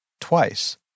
twice